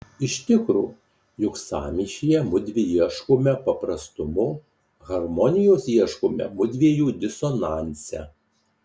iš tikro juk sąmyšyje mudvi ieškome paprastumo harmonijos ieškome mudviejų disonanse